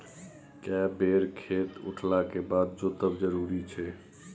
के बेर खेत उठला के बाद जोतब जरूरी छै?